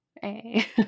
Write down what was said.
hey